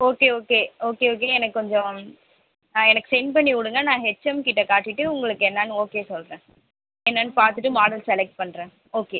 okay okay okay okay எனக்கு கொஞ்சம் எனக்கு சென்ட் பண்ணி விடுங்க நான் ஹெச்எம்கிட்ட காட்டிவிட்டு உங்களுக்கு என்னன்னு ஓகே சொல்கிறேன் என்னன்னு பார்த்துட்டு மாடல் செலக்ட் பண்ணுறேன் ஓகே